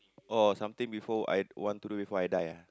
oh something before I want to do before I die ah